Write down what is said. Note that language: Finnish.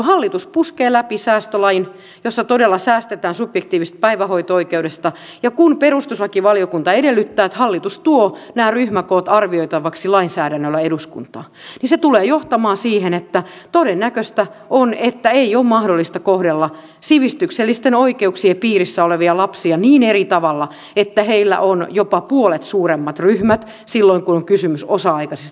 hallitus puskee läpi säästölain jossa todella säästetään subjektiivisesta päivähoito oikeudesta ja kun perustuslakivaliokunta edellyttää että hallitus tuo nämä ryhmäkoot arvioitavaksi lainsäädännöllä eduskuntaan niin se tulee johtamaan siihen että todennäköistä on että ei ole mahdollista kohdella sivistyksellisten oikeuksien piirissä olevia lapsia niin eri tavalla että heillä on jopa puolet suuremmat ryhmät silloin kun on kysymys osa aikaisista lapsista